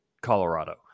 Colorado